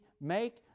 make